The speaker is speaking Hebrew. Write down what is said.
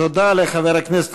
תודה לחבר הכנסת,